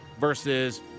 versus –